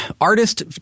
artist